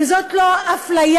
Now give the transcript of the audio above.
אם זאת לא אפליה,